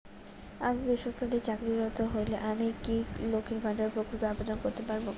আমি বেসরকারি চাকরিরত হলে আমি কি লক্ষীর ভান্ডার প্রকল্পে আবেদন করতে পারব?